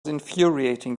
infuriating